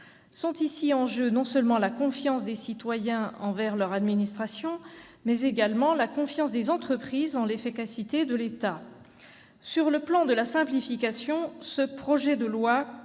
Sont ici en jeu non seulement la confiance des citoyens envers leur administration, mais également la confiance des entreprises en l'efficacité de l'État. Sur le plan de la simplification, le projet de loi procède